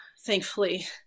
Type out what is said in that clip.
thankfully